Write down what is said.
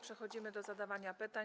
Przechodzimy do zadawania pytań.